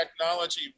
technology